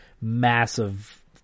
massive